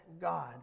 God